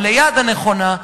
או ליד הנכונה,